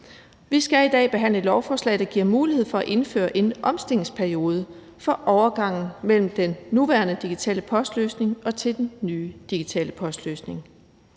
Vi skal i dag behandle et lovforslag, der giver mulighed for at indføre en omstillingsperiode for overgangen mellem den nuværende digitale postløsning og til den nye digital postløsning.